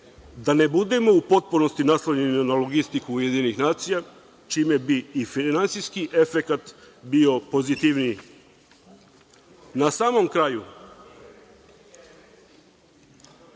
da ne budemo u potpunosti naslonjeni na logistiku UN, čime bi i finansijski efekat bio pozitivniji. Na samom kraju,